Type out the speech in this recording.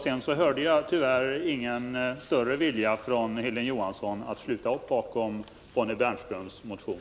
Sedan hörde jag tyvärr inte från Hilding Johansson någonting som tyder på någon större vilja hos honom att sluta upp bakom Bonnie Bernströms motion.